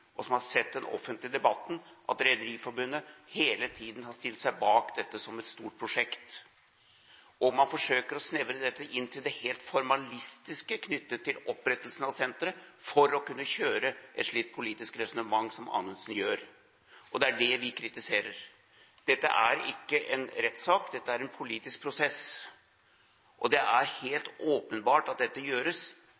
og som har sett den offentlige debatten, at Rederiforbundet hele tiden har stilt seg bak dette som et stort prosjekt. Man forsøker å snevre dette inn til det helt formalistiske knyttet til opprettelsen av senteret for å kunne kjøre et slikt politisk resonnement som Anundsen gjør. Det er det vi kritiserer. Dette er ikke en rettssak, dette er en politisk prosess. Det er